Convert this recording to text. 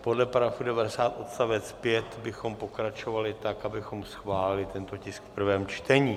Podle § 90 odstavec 5 bychom pokračovali tak, abychom schválili tento tisk v prvém čtení.